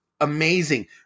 amazing